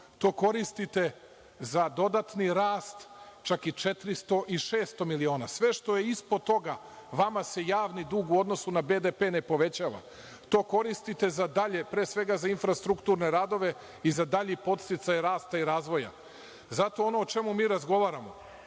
to koristite za dodatni rast, čak i 400 i 600 miliona. Sve što je ispod toga vama se javni dug u odnosu na BDP ne povećava. To koristite za dalje, pre svega za infrastrukturne radove i za dalji podsticaj rasta i razvoja. Zato ono o čemu mi razgovaramo